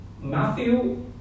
Matthew